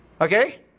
Okay